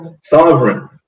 Sovereign